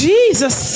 Jesus